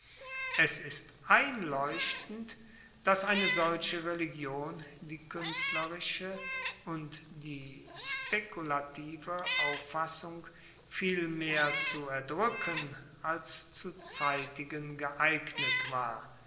es ist einleuchtend dass eine solche religion die kuenstlerische und die spekulative auffassung viel mehr zu erdruecken als zu zeitigen geeignet war